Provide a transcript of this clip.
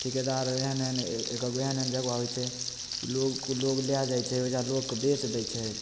ठीकेदार एहन एहन एकहकगो एहन एहन जगह होइ छै लोगके लोग लए जाइ छै ओइजाँ लोगके बेच दै छै